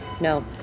No